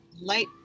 light